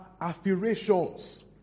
aspirations